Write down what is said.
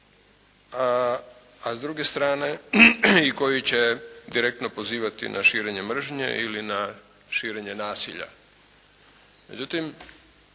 a s druge strane i koji će direktno pozivati na širenje mržnje ili na širenje nasilja. Međutim